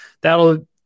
that'll